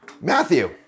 Matthew